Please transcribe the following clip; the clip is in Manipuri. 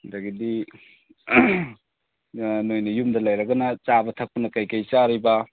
ꯑꯗꯒꯤꯗꯤ ꯑꯥ ꯅꯈꯣꯏꯅ ꯌꯨꯝꯗ ꯂꯩꯔꯒꯅ ꯆꯥꯕ ꯊꯛꯄꯅ ꯀꯔꯤ ꯀꯔꯤ ꯆꯥꯔꯤꯕ